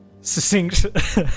succinct